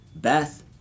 Beth